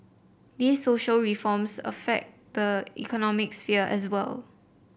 these social reforms affect the economic sphere as well